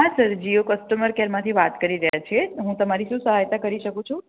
હા sir Jio customer કેરમાંથી વાત કરી રહ્યા છીએ હું તમારી શું સહાયતા કરી શકું છું